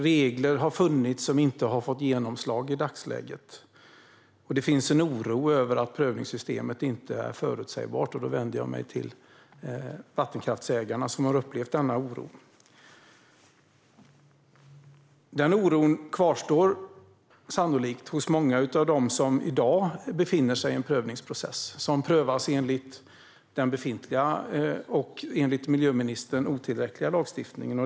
Regler har funnits som inte har fått genomslag i dagsläget, och det finns en oro över att prövningssystemet inte är förutsägbart. Då vänder jag mig till vattenkraftsägarna, som har upplevt denna oro. Den oron kvarstår sannolikt hos många av dem som i dag befinner sig i en prövningsprocess och prövas enligt den befintliga, enligt miljöministern otillräckliga, lagstiftningen.